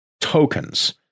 tokens